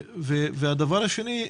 והדבר השני: